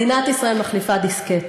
מדינת ישראל מחליפה דיסקט.